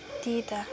त्यही त